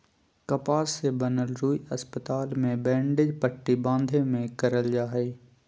कपास से बनल रुई अस्पताल मे बैंडेज पट्टी बाँधे मे करल जा हय